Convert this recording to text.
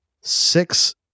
Six